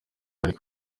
bari